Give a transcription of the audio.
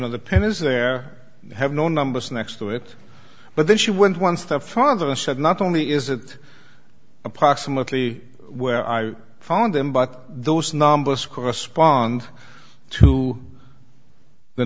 know the pen is there have no numbers next to it but then she went one step front of them and said not only is it approximately where i found them but those numbers correspond to the